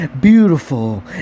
beautiful